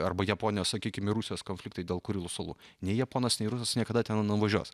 arba japonijos sakykim ir rusijos konfliktai dėl kurilų salų nei japonas nei rusas niekada ten nenuvažiuos